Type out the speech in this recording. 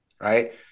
right